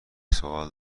سوال